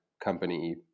company